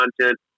content